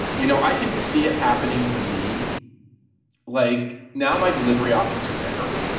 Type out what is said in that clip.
you know, i can see it happening to me like now my delivery options are better.